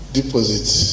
deposits